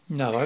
no